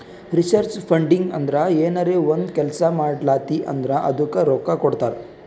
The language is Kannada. ರಿಸರ್ಚ್ ಫಂಡಿಂಗ್ ಅಂದುರ್ ಏನರೇ ಒಂದ್ ಕೆಲ್ಸಾ ಮಾಡ್ಲಾತಿ ಅಂದುರ್ ಅದ್ದುಕ ರೊಕ್ಕಾ ಕೊಡ್ತಾರ್